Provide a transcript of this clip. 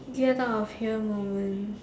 get of here moment